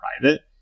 private